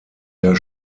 der